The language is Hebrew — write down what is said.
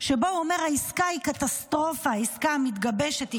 שבו הוא אומר שהעסקה המתגבשת היא